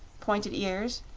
pointed ears,